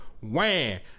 wham